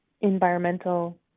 environmental